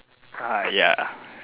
ah ya